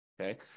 Okay